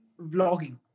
vlogging